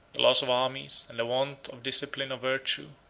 the loss of armies, and the want of discipline or virtue,